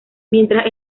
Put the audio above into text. mientras